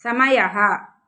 समयः